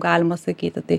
galima sakyti taip